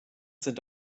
sind